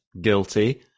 guilty